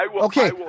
Okay